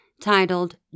titled